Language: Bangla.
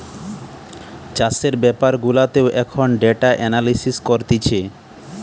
চাষের বেপার গুলাতেও এখন ডেটা এনালিসিস করতিছে